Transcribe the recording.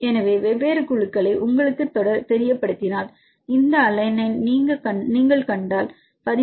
எனவே வெவ்வேறு குழுக்களை உங்களுக்குத் தெரியப்படுத்தினால் இந்த அலனைன் நீங்கள் கண்டால் இது 13